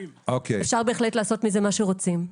אפשר בהחלט לעשות מזה מה שרוצים.